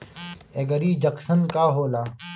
एगरी junction का होला?